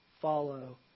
follow